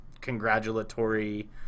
congratulatory